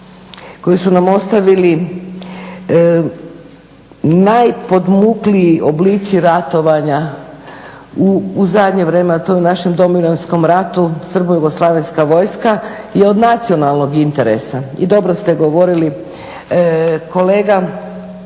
koji su nam ostavili najpodmukliji oblici ratovanja u zadnje vrijeme a to je u našem Domovinskom ratu, Srbojugoslavenska vojska je od nacionalnog interesa i dobro ste govorili kolega.